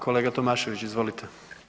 Kolega Tomašević, izvolite.